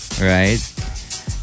Right